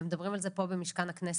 ומדברים על זה פה במשכן הכנסת.